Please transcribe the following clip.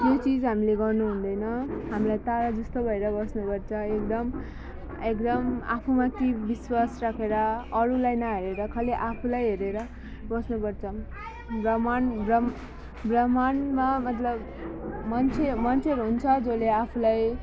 त्यो चिज हामीले गर्नु हुँदैन हामीलाई तारा जस्तो भएर बस्नुपर्छ एकदम एकदम आफूमाथि विश्वास राखेर अरूलाई नहेरेर खालि आफूलाई हेरेर बस्नुपर्छ ब्रह्माण्ड ब्रम ब्रह्माण्डमा मतलब मान्छे मान्छेहरू हुन्छ जसले आफूलाई